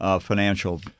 financial